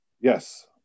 Yes